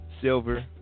silver